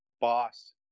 boss